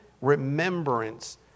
remembrance